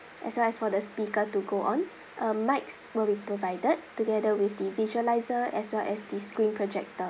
as well as for the speaker to go on uh mics will be provided together with the visualizer as well as the screen projector